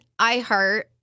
iHeart